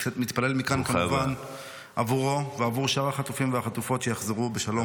אני כמובן מתפלל מכאן עבורו ועבור שאר החטופים והחטופות שיחזרו בשלום,